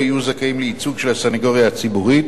יהיו זכאים לייצוג של הסניגוריה הציבורית.